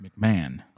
McMahon